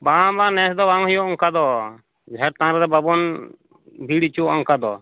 ᱵᱟᱝ ᱵᱟᱝ ᱱᱮᱥ ᱫᱚ ᱵᱟᱝ ᱦᱩᱭᱩᱜᱼᱟ ᱚᱱᱠᱟ ᱫᱚ ᱡᱟᱦᱮᱨ ᱛᱷᱟᱱ ᱨᱮᱫᱚ ᱵᱟᱵᱚᱱ ᱵᱷᱤᱲ ᱦᱚᱪᱚᱣᱟᱜ ᱚᱱᱠᱟ ᱫᱚ